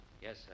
Yes